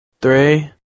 Three